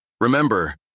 Remember